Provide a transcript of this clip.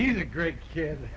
he's a great kid